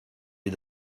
est